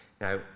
Now